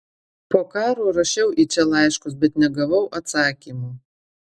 po karo rašiau į čia laiškus bet negavau atsakymų